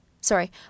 sorry